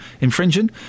Infringing